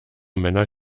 männer